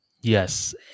Yes